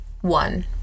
one